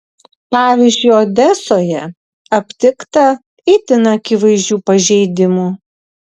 pavyzdžiui odesoje aptikta itin akivaizdžių pažeidimų